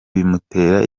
bimutera